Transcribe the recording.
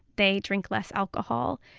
they drink less alcohol.